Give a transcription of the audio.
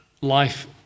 life